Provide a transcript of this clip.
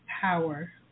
power